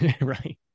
Right